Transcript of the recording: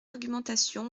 argumentation